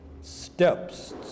steps